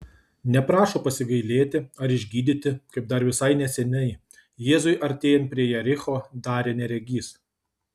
neprašo pasigailėti ar išgydyti kaip dar visai neseniai jėzui artėjant prie jericho darė neregys